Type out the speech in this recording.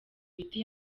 imiti